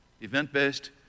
Event-based